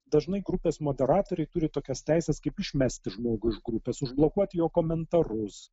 dažnai grupės moderatoriai turi tokias teises kaip išmesti žmogų iš grupės užblokuoti jo komentarus